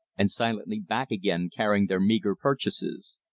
and silently back again carrying their meager purchases.